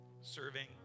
serving